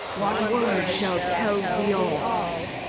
one word shall tell thee all.